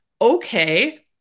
Okay